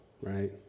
right